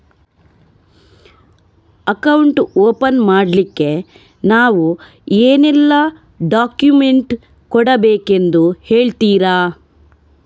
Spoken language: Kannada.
ಅಕೌಂಟ್ ಓಪನ್ ಮಾಡ್ಲಿಕ್ಕೆ ನಾವು ಏನೆಲ್ಲ ಡಾಕ್ಯುಮೆಂಟ್ ಕೊಡಬೇಕೆಂದು ಹೇಳ್ತಿರಾ?